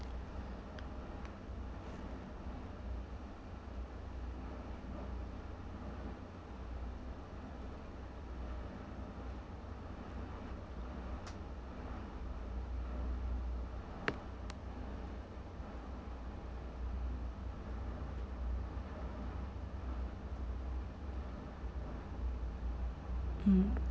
mm